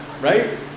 Right